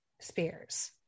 Spears